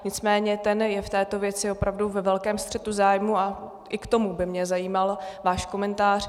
Nicméně ten je v této věci opravdu ve velkém střetu zájmů a i k tomu by mě zajímal váš komentář.